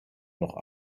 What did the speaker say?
noch